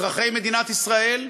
של אזרחי מדינת ישראל,